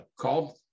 called